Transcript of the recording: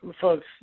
folks